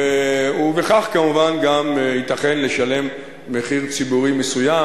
ובכך כמובן גם ייתכן לשלם מחיר ציבורי מסוים.